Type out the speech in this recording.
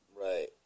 Right